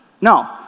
No